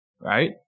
right